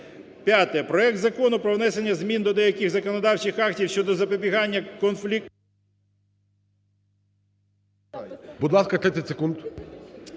П'яте. Проект Закону про внесення змін до деяких законодавчих актів щодо запобігання… ГОЛОВУЮЧИЙ. Будь ласка, 30 секунд.